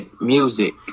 music